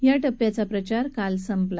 या टप्प्याचा प्रचार काल संपला